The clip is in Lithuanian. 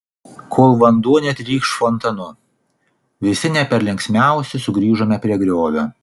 kol vanduo netrykš fontanu visi ne per linksmiausi sugrįžome prie griovio